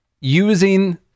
using